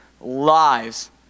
lives